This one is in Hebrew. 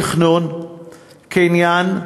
תכנון, קניין,